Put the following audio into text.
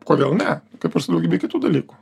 kodėl ne kaip ir su daugybe kitų dalykų